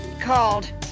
called